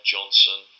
Johnson